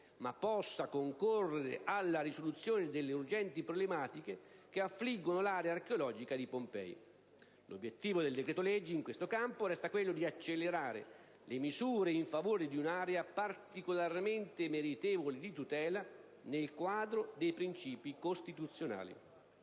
ma possa concorrere alla risoluzione delle urgenti problematiche che affliggono l'area archeologica di Pompei. L'obiettivo del decreto-legge in questo campo resta quello di accelerare le misure in favore di un'area particolarmente meritevole di tutela, nel quadro dei principi costituzionali.